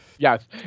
Yes